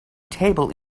table